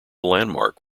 landmark